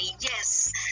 yes